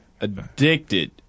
addicted